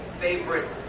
favorite